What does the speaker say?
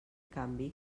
canvi